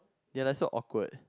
they are like so awkward